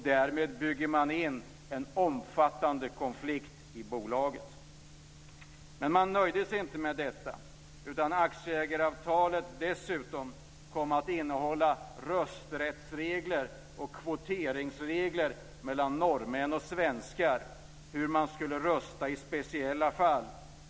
Därmed bygger man in en omfattande konflikt i bolaget. Men man nöjde sig inte med detta, utan aktieägaravtalet kom dessutom att innehålla rösträttsregler och kvoteringsregler mellan norrmän och svenskar om hur man skulle rösta i speciella fall.